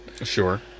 Sure